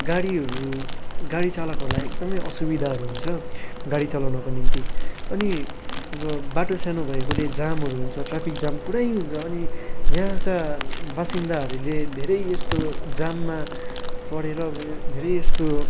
गाडीहरू गाडी चालकहरूलाई एकदमै असुविधाहरू हुन्छ गाडी चलाउनुको निम्ति अनि अब बाटो सानु भएकोले जामहरू हुन्छ ट्राफिक जाम पुरै हुन्छ अनि यहाँका बासिन्दाहरूले धेरै यस्तो जाममा परेर धेरै यस्तो